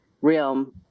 realm